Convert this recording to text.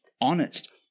honest